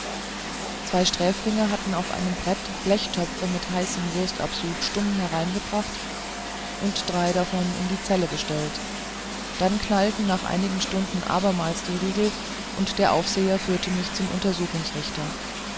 zwei sträflinge hatten auf einem brett blechtöpfe mit heißem wurstabsud stumm hereingebracht und drei davon in die zelle gestellt dann knallten nach einigen stunden abermals die riegel und der aufseher führte mich zum untersuchungsrichter